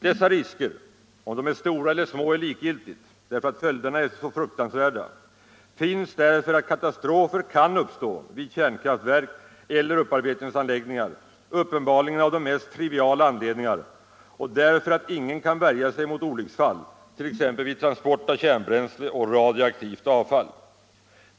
Dessa risker — om de är stora eller små är likgiltigt, därför att följderna är så fruktansvärda — finns därför att katastrofer kan uppstå vid kärnkraftverk eller upparbetningsanläggningar uppenbarligen av de mest triviala anledningar och därför att ingen kan värja sig mot olycksfall 1. ex. vid transport av kärnbränsle och radioaktivt avfall.